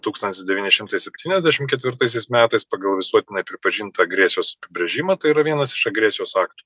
tūkstantis devyni šimtai septynasdešim ketvirtaisiais metais pagal visuotinai pripažintą agresijos apibrėžimą tai yra vienas iš agresijos aktų